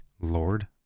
Lord